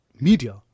Media